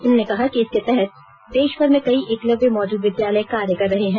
उन्होंने कहा इसके तहत देशभर में कई एकलव्य मॉडल विद्यालय कार्य कर रहे हैं